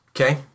Okay